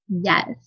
Yes